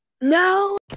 No